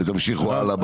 ותמשיכו הלאה.